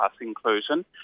inclusion